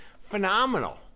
phenomenal